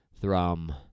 thrum